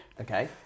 Okay